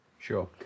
Sure